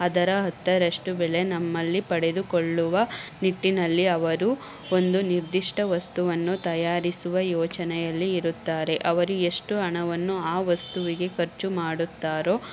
ಅದರ ಹತ್ತರಷ್ಟು ಬೆಲೆ ನಮ್ಮಲ್ಲಿ ಪಡೆದುಕೊಳ್ಳುವ ನಿಟ್ಟಿನಲ್ಲಿ ಅವರು ಒಂದು ನಿರ್ದಿಷ್ಟ ವಸ್ತುವನ್ನು ತಯಾರಿಸುವ ಯೋಚನೆಯಲ್ಲಿ ಇರುತ್ತಾರೆ ಅವರು ಎಷ್ಟು ಹಣವನ್ನು ಆ ವಸ್ತುವಿಗೆ ಖರ್ಚು ಮಾಡುತ್ತಾರೋ